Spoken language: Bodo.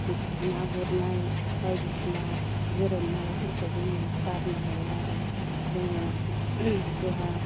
ना गुरनाय बायदिसिना गोरोमनायफोरखो जोङो गारनो हाया आरो जोङो देहा